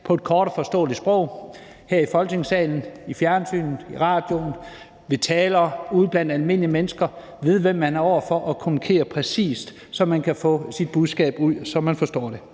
i et kort og forståeligt sprog her i Folketingssalen, i fjernsynet, i radioen, ved taler ude blandt almindelige mennesker; man skal vide, hvem man er overfor, og kommunikere præcist, så man kan få sit budskab ud, så folk forstår det.